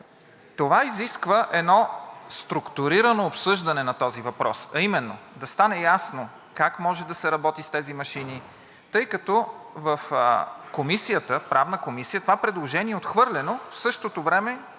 Това изисква едно структурирано обсъждане на този въпрос, а именно да стане ясно как може да се работи с тези машини, тъй като в Правната комисия това предложение е отхвърлено, в същото време